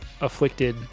afflicted